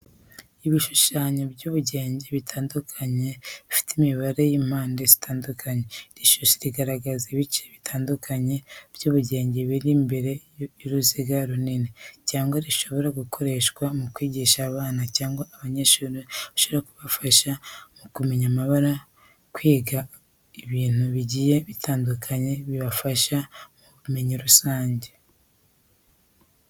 Ibishushanyo by'ubugenge bitandukanye bifite imibare y’impande zitandukanye. Iri shusho rigaragaza ibice bitandukanye by'ubugenge biri imbere y’uruziga runini cyangwa bishobora gukoreshwa mu kwigisha abana cyangwa abanyeshuri bishobora kubafasha mu kumenya amabara kwiga ibintu bigiye bitandukanye bibafasha mu bumenyi rusange.